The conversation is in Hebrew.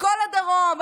בכל הדרום,